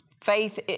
faith